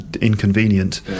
inconvenient